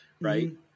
right